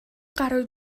гаруй